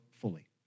fully